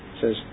says